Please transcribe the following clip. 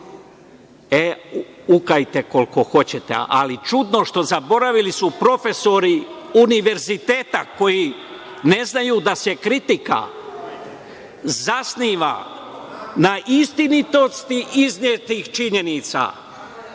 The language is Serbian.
Kukajte koliko god hoćete, ali čudno je što su zaboravili profesori univerziteta koji ne znaju da se kritika zasniva na istinitosti iznetih činjenica,